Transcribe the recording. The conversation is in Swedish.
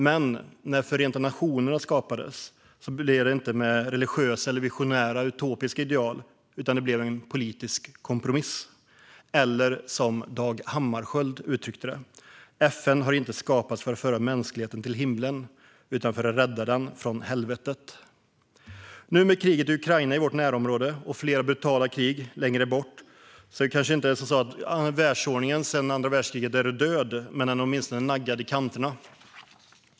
Men när Förenta Nationerna skapades var det inte utifrån religiösa eller visionära, utopiska ideal utan utifrån en politisk kompromiss - eller, som Dag Hammarskjöld uttryckte det: "FN har inte skapats för att föra mänskligheten till himlen utan för att rädda den från helvetet." Nu, med kriget i Ukraina i vårt närområde och flera brutala krig längre bort, är den världsordning som gällt sedan andra världskriget kanske inte död men åtminstone naggad i kanterna.